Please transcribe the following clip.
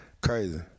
Crazy